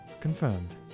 Confirmed